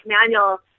manual